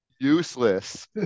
useless